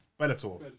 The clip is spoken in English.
Bellator